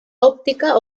òptica